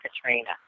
Katrina